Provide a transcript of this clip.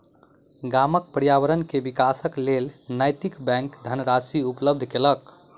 गामक पर्यावरण के विकासक लेल नैतिक बैंक धनराशि उपलब्ध केलक